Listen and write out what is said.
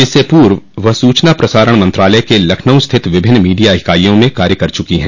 इससे पूर्व वह सूचना प्रसारण मंत्रालय के लखनऊ स्थित विभिन्न मीडिया इकाइयों में कार्य कर चुकी है